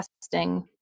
testing